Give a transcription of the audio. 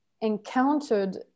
encountered